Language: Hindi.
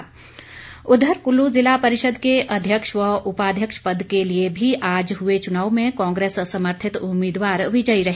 कुल्लु जिला परिषद उधर कुल्लू जिला परिषद के अध्यक्ष व उपाध्यक्ष पद के लिए भी आज हुए चुनाव में कांग्रेस समर्थित उम्मीदवार विजयी रहे